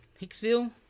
Hicksville